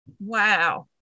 Wow